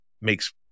makes